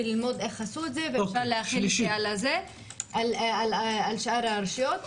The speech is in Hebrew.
ללמוד איך עשו את זה ולהחיל את זה על שאר הרשויות.